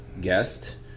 guest